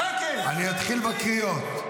אני אתחיל בקריאות.